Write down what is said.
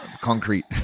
concrete